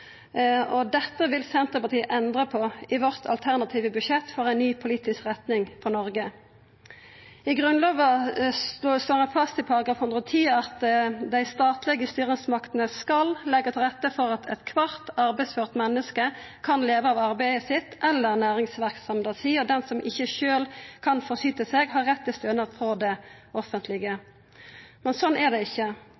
håpet. Dette vil Senterpartiet endra på i sitt alternative budsjett for ei ny politisk retning for Noreg. I Grunnlova slår ein fast i § 110 at «dei statlege styresmaktene skal leggje til rette for at kvart arbeidsført menneske kan leve av arbeidet sitt eller næringsverksemda si. Den som ikkje sjølv kan forsyte seg, har rett til stønad frå det offentlege.»